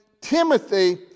Timothy